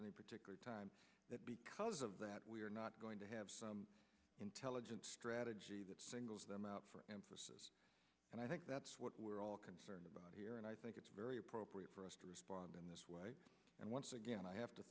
any particular time because of that we are not going to have some intelligence strategy that singles them out for emphasis and i think that's what we're all concerned about here and i think it's very appropriate for us to respond in this way and once again i have